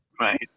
right